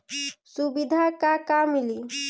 सुविधा का का मिली?